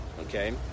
Okay